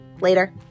Later